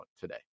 today